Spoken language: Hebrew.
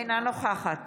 אינה נוכחת